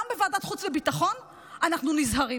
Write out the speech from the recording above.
גם בוועדת חוץ וביטחון אנחנו נזהרים.